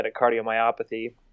cardiomyopathy